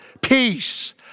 peace